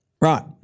Right